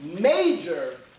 major